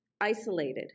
isolated